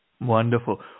wonderful